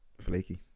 flaky